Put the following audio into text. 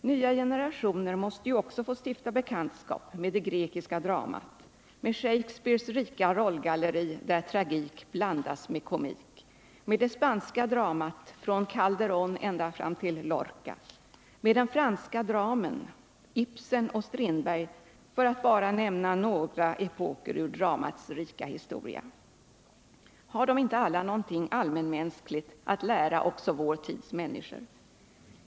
Nya generationer måste ju också få stifta bekantskap med det grekiska dramat, med Shakespeares rika rollgalleri, där tragik blandas med komik, med det spanska dramat från Calderon till Lorca, med den franska dramen samt med Ibsen och Strindberg, för att bara nämna några epoker ur dramats rika historia. Har de inte alla något allmänmänskligt att lära också vår tids människor?